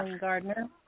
Gardner